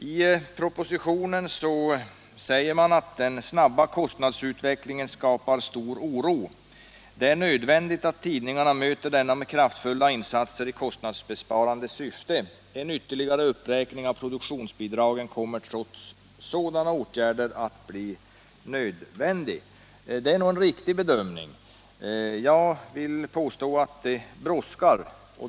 I propositionen sägs att den snabba kostnadsutvecklingen skapar stor oro. Det är nödvändigt att tidningarna möter denna utveckling med kraftfulla insatser i kostnadsbesparande syfte. En ytterligare uppräkning av produktionsbidraget kommer trots sådana åtgärder att bli nödvändig. Det är nog en riktig bedömning. Jag vill påstå att det brådskar.